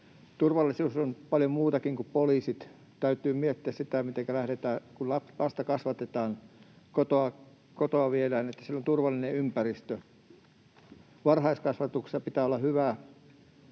Turvallisuus on paljon muutakin kuin poliisit. Täytyy lähteä siitä, että kun lasta kasvatetaan, kotoa viedään, niin hänellä on turvallinen ympäristö. Varhaiskasvatuksessa pitää olla hyvät